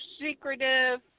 secretive